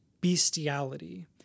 bestiality